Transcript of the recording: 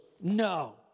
No